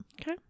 okay